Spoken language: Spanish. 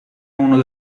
uno